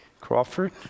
Crawford